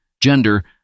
gender